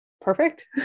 perfect